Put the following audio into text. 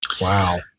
Wow